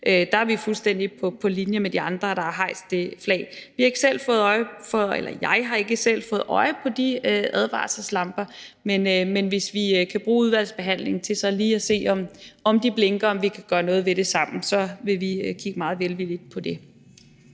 Der er vi fuldstændig på linje med de andre, der har hejst det flag. Jeg har ikke selv fået øje på de advarselslamper, men hvis vi kan bruge udvalgsbehandlingen til så lige at se, om de blinker, og om vi kan gøre noget ved det sammen, så vil vi kigge meget velvilligt på det.